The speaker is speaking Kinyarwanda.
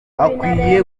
akwiye